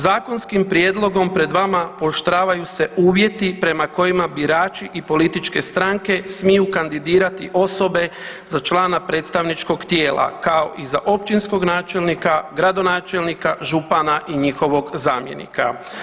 Zakonskim prijedlogom pred vama pooštravaju se uvjeti prema kojima birači i političke stranke smiju kandidirati osobe za člana predstavničkog tijela kao i za općinskog načelnika, gradonačelnika, župana i njihovog zamjenika.